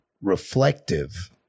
reflective